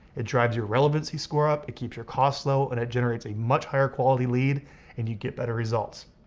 it drives your relevancy score up, it keeps your costs low, and it generates a much higher quality lead and you get better results.